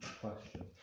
question